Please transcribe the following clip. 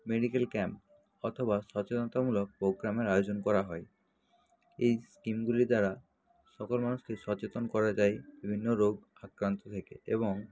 medical camp অথবা সচেতনতামূলক প্রোগ্রামের আয়োজন করা হয় এই স্কিমগুলি দ্বারা সকল মানুষকে সচেতন করা যায় বিভিন্ন রোগ আক্রান্ত থেকে এবং